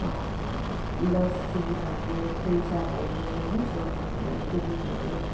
लस्सी भयो कुल्चा भयो होइन छोला भयो पुरी भयो